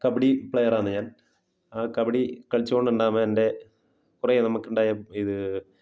കബഡി പ്ലേയറാണ് ഞാൻ ആ കബഡി കളിച്ചു കൊണ്ട് ഉണ്ടാകുമ്പോൾ എൻ്റെ കുറെ നമ്മൾക്കുണ്ടായ ഇത്